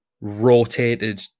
rotated